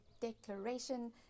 declaration